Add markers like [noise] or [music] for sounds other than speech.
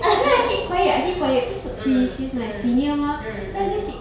[laughs] mm mm mm mm